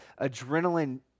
adrenaline